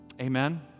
Amen